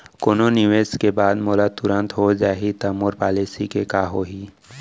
कोनो निवेश के बाद मोला तुरंत हो जाही ता मोर पॉलिसी के का होही?